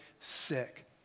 sick